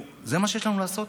זה מה שיש לנו לעשות?